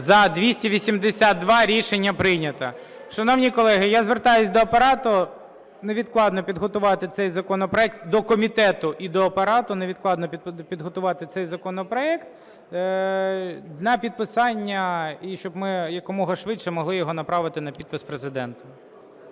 Рішення прийнято. Шановні колеги, я звертаюся до Апарату невідкладно підготувати цей законопроект, до комітету і до Апарату невідкладно підготувати цей законопроект на підписання, і щоб ми якомога швидше могли його направити на підпис Президенту.